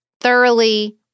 thoroughly